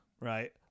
right